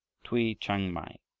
tui chhang mai,